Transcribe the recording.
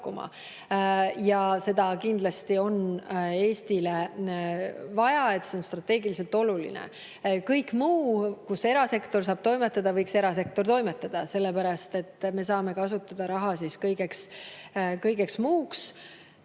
Ja seda kindlasti on Eestile vaja, see on strateegiliselt oluline. Kõige muuga, kus erasektor saab toimetada, võiks erasektor toimetada, sellepärast et me saame kasutada raha siis kõigeks muuks.